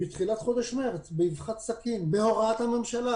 בתחילת חודש מרץ באבחת סכין בהוראת הממשלה,